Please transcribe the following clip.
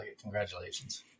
Congratulations